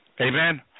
amen